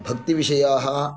भक्तिविषयाः